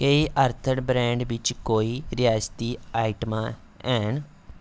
केह् अर्थन ब्रांड बिच्च कोई रियास्ती आइटमां हैन